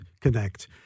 connect